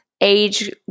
age